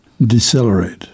Decelerate